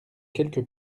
quelques